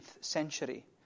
century